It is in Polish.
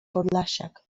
podlasiak